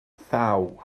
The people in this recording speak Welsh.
thaw